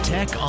Tech